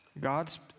God's